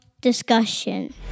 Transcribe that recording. discussion